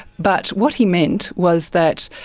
but what he meant was that,